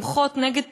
למחות נגד תקציב,